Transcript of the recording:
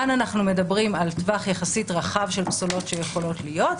כאן אנחנו מדברים על טווח יחסית רחב של פסולות שיכולות להיות,